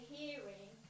hearing